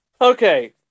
Okay